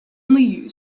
only